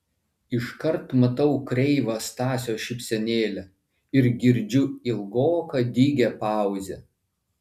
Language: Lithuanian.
iškart matau kreivą stasio šypsenėlę ir girdžiu ilgoką dygią pauzę